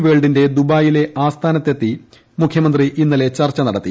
വേൾഡിന്റെ ദ്ദ്ബായിലെ ആസ്ഥാനത്തെത്തി മുഖ്യമന്ത്രി ഇന്നലെ ചർച്ച നടത്തി